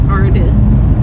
artists